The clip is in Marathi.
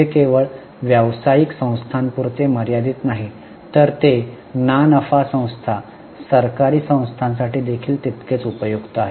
हे केवळ व्यावसायिक संस्थांपुरते मर्यादित नाही तर ते ना नफा संस्था सरकारी संस्थांसाठी देखील तितकेच उपयुक्त आहे